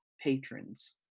patrons